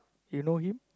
you know him